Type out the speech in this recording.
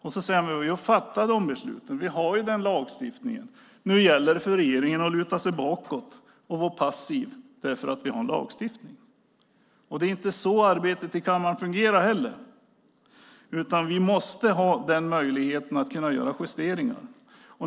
Han säger att vi har fattat beslut och har en lagstiftning. Nu gäller det för regeringen att luta sig bakåt och att vara passiv just därför att vi har en lagstiftning. Men det är inte så arbetet här i kammaren fungerar. Vi måste ha möjlighet att göra justeringar.